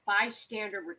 bystander